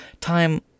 Time